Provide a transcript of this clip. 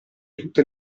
tutte